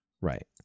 Right